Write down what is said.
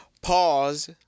Pause